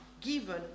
given